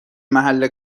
محل